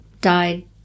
died